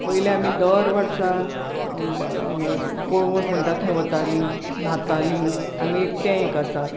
पयली आमी दर वर्सा कळंगूट म्हणटा थंय वतालीं न्हाताली हांगा एक ते एक आसा